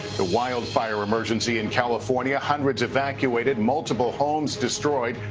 the wild fire emergency in california. hundreds evacuated. multiple homes destroyed.